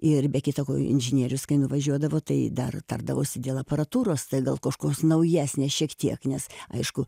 ir be kita ko inžinierius kai nuvažiuodavo tai dar tardavosi dėl aparatūros tai gal kažkoks naujesnis šiek tiek nes aišku